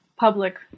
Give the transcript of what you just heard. public